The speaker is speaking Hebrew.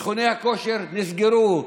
מכוני הכושר נסגרו.